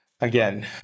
again